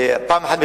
פעם אחת בתקציב,